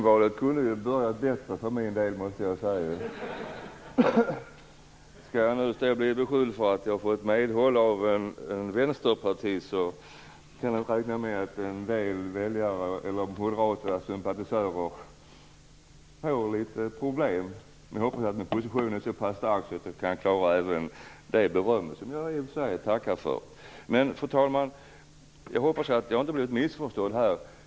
Fru talman! Jag måste säga att personvalet kunde ha börjat bättre för min del. Skall jag bli beskylld för att ha fått medhåll från Vänsterpartiet kan jag räkna med att en del moderata sympatisörer kommer att få problem. Nu hoppas jag att min position är så stark att jag kan klara även detta beröm, som jag i och för sig tackar för. Fru talman! Jag hoppas att jag inte blivit missförstådd.